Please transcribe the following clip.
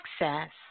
access